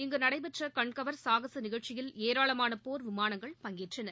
இங்கு நடைபெற்ற கண்கவர் சாகச நிகழ்ச்சியில் ஏராளமான போர் விமானங்கள் பங்கேற்றன